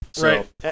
Right